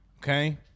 okay